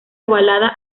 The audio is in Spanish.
ovalada